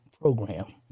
program